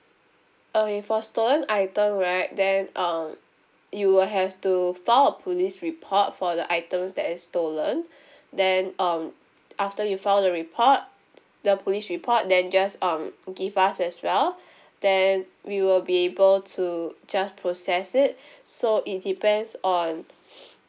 uh if for stolen item right then um you will have to file a police report for the items that is stolen then um after you file the report the police report then just um give us as well then we will be able to just process it so it depends on